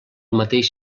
mateix